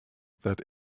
that